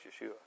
Yeshua